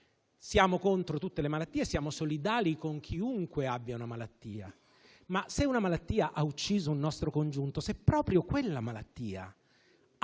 Siamo contro tutte le malattie e siamo solidali con chiunque abbia una malattia, ma, se una malattia ha ucciso un nostro congiunto, se proprio quella malattia ha toccato